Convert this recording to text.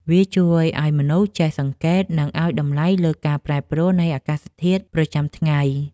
វាជួយឱ្យមនុស្សចេះសង្កេត និងឱ្យតម្លៃលើការប្រែប្រួលនៃអាកាសធាតុប្រចាំថ្ងៃ។